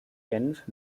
genf